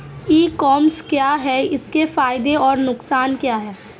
ई commerce क्या है इसके फायदे और नुकसान क्या है?